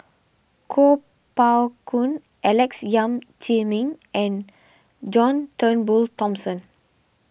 Kuo Pao Kun Alex Yam Ziming and John Turnbull Thomson